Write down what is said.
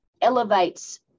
elevates